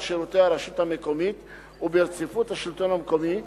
שירותי הרשות המקומית וברציפות השלטון המקומי,